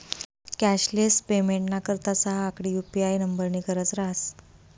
cashless पेमेंटना करता सहा आकडी यु.पी.आय नम्बरनी गरज रहास